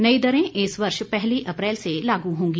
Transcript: नई दरें इस वर्ष पहली अप्रैल से लागू होंगी